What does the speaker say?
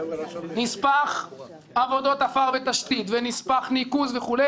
נספח עבודות עפר ותשתית, נספח ניקוז וכו'.